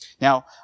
Now